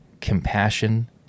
compassion